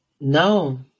No